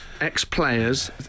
ex-players